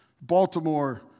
Baltimore